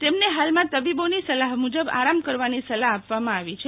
તેમણે હાલમાં તબીબોની સલાહ મુજબ આરામ કરવાની સલાહ આપવામાં આવી છે